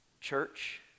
Church